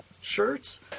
shirts